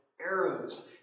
arrows